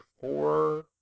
four